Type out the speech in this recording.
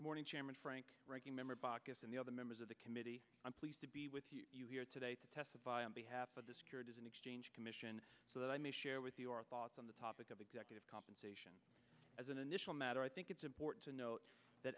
may morning chairman frank ranking member baucus and the other members of the committee i'm pleased to be with you here today to testify on behalf of the securities and exchange commission so that i may share with your thoughts on the topic of executive compensation as an initial matter i think it's important to note that